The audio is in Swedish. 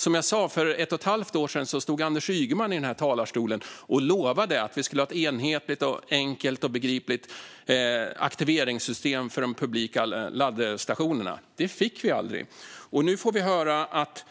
Som jag sa: För ett och ett halvt år sedan stod Anders Ygeman i denna talarstol och lovade att vi skulle ha ett enhetligt, enkelt och begripligt aktiveringssystem för de publika laddstationerna. Det fick vi aldrig. Nu får vi höra att